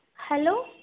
hello